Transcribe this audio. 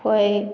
कोइ